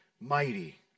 Mighty